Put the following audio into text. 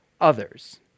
others